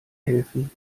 helfen